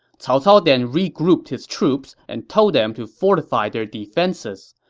cao cao then regrouped his troops and told them to fortify their defenses.